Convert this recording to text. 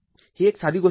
ही एक साधी गोष्ट आहे